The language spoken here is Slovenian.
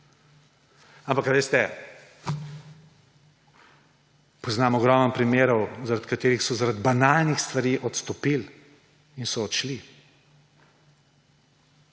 Ampak, veste, poznam ogromno primerov, ko so zaradi banalnih stvari odstopili in so odšli.